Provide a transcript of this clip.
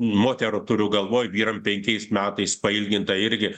moterų turiu galvoj vyram penkiais metais pailginta irgi